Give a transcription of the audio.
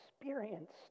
experienced